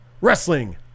wrestling